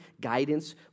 guidance